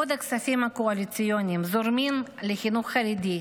בעוד הכספים הקואליציוניים זורמים לחינוך החרדי,